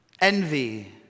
Envy